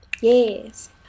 Yes